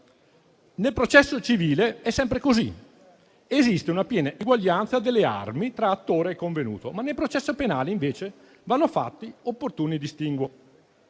Nel processo civile è sempre così: esiste una piena eguaglianza delle armi tra attore e convenuto, ma nel processo penale, invece, vanno fatti opportuni distinguo.